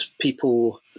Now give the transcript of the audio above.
people